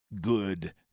good